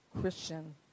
Christian